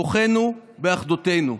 כוחנו באחדותנו.